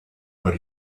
but